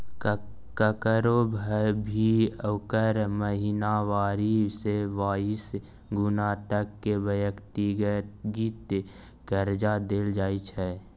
ककरो भी ओकर महिनावारी से बाइस गुना तक के व्यक्तिगत कर्जा देल जाइत छै